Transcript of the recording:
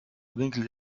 winkel